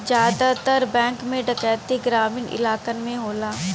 जादातर बैंक में डैकैती ग्रामीन इलाकन में होला